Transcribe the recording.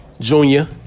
Junior